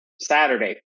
saturday